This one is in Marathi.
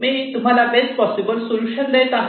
मी तुम्हाला बेस्ट पॉसिबल सोल्युशन देत आहे